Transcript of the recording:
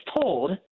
told